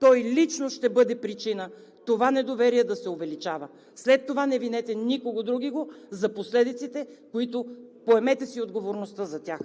той лично ще бъде причина това недоверие да се увеличава! След това не винете никого другиго за последиците – поемете си отговорността за тях!